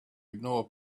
ignore